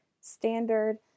standard